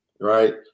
Right